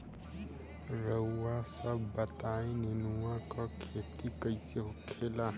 रउआ सभ बताई नेनुआ क खेती कईसे होखेला?